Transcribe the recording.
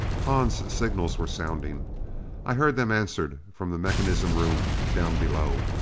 hahn's signals were sounding i heard them answered from the mechanism rooms down below.